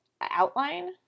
outline